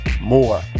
more